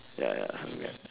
ya ya something like that